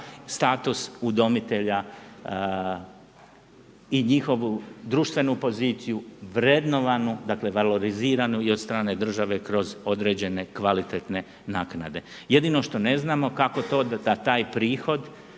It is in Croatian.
status udomitelja i njihovu društvenu poziciju, vrednovanu dakle valoriziranu i od strane države kroz određen kvalitetne naknade. Jedino što ne znamo kako to da taj prihod